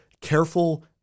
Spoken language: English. careful